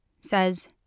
says